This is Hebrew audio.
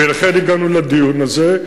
ולכן הגענו לדיון הזה.